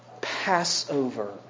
Passover